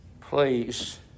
Please